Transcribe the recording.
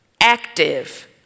Active